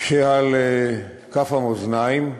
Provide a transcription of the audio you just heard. כשעל כף המאזניים,